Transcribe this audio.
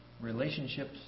Relationships